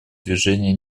движения